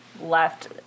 left